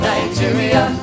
Nigeria